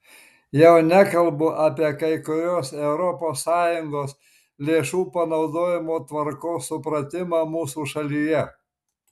jau nekalbu apie kai kuriuos europos sąjungos lėšų panaudojimo tvarkos supratimą mūsų šalyje